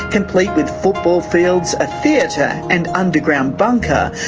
complete with football fields, a theatre and underground bunker.